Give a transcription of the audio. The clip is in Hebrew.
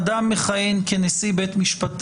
אדם מכהן כנשיא בית משפט,